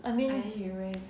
I mean